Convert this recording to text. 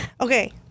Okay